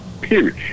period